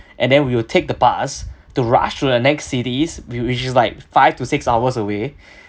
and then we will take the bus to rush to the next cities wh~ which is like five to six hours away